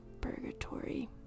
purgatory